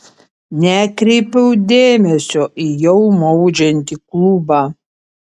nekreipiau dėmesio į jau maudžiantį klubą